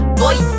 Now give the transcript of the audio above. boy